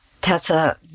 Tessa